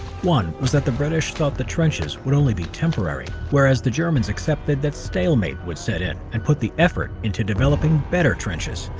one, was that the british felt the trenches would only be temporary. whereas the germans accepted that stalemate would set in, and put the effort into developing better trenches.